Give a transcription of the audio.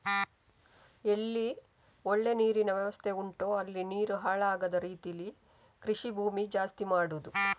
ಎಲ್ಲಿ ಒಳ್ಳೆ ನೀರಿನ ವ್ಯವಸ್ಥೆ ಉಂಟೋ ಅಲ್ಲಿ ನೀರು ಹಾಳಾಗದ ರೀತೀಲಿ ಕೃಷಿ ಭೂಮಿ ಜಾಸ್ತಿ ಮಾಡುದು